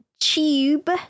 tube